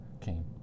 came